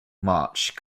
march